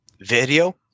video